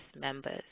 members